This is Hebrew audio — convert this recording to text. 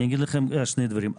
אני אגיד לכם שני דברים,